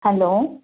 hello